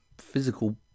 physical